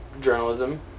Journalism